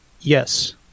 Yes